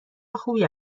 خوبی